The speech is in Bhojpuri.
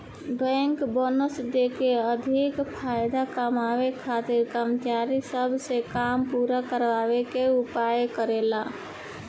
बैंक बोनस देके अधिका फायदा कमाए खातिर कर्मचारी सब से काम पूरा करावे के उपाय करेले